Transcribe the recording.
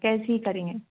cash ही करेंगे